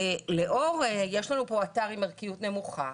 לאור זה יש לנו פה אתר עם ערכיות נמוכה,